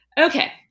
Okay